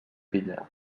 filla